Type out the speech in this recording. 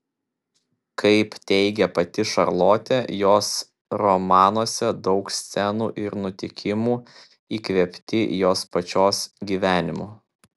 kaip teigė pati šarlotė jos romanuose daug scenų ir nutikimų įkvėpti jos pačios gyvenimo